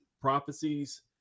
prophecies